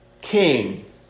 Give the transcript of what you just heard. king